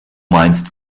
meinst